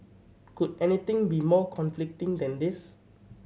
could anything be more conflicting than this